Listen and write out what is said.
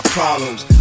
problems